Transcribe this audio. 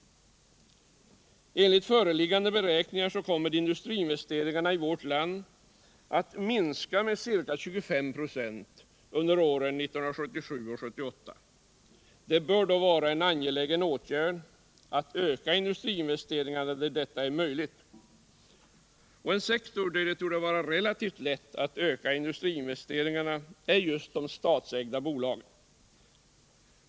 Enligt föreliggande beräkningar kommer industriinvesteringarna i vårt land att minska med ca 25 26 under åren 1977-1978. Det bör då vara en angelägen åtgärd att öka industriinvesteringarna där detta är möjligt. En sektor där det torde vara relativt lätt att öka industriinvesteringarna är just de statsägda bolagen.